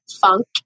funk